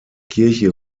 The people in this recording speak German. kirche